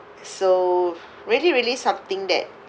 so really really something that